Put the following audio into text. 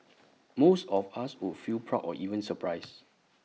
most of us would feel proud or even surprised